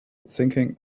thinking